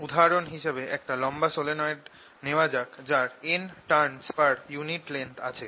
উদাহরণ হিসেবে একটা লম্বা সলিনয়েড নেওয়া যাক যার n turns per unit length আছে